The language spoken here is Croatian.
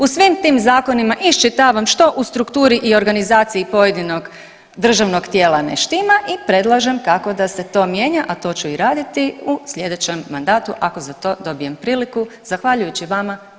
U svim tim zakonima iščitavam što u strukturi i organizaciji pojedinog državnog tijela ne štima i predlažem kako da se to mijenja, a to ću i raditi u sljedećem mandatu, ako za to dobijem priliku, zahvaljujući vama.